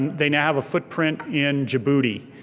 they now have a footprint in djibouti.